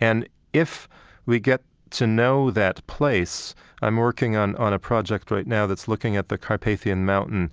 and if we get to know that place i'm working on on a project right now that's looking at the carpathian mountain